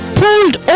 pulled